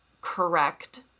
correct